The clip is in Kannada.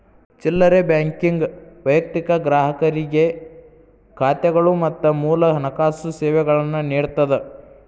ಚಿಲ್ಲರೆ ಬ್ಯಾಂಕಿಂಗ್ ವೈಯಕ್ತಿಕ ಗ್ರಾಹಕರಿಗೆ ಖಾತೆಗಳು ಮತ್ತ ಮೂಲ ಹಣಕಾಸು ಸೇವೆಗಳನ್ನ ನೇಡತ್ತದ